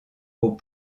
aux